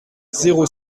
zéro